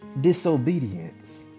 Disobedience